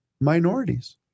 minorities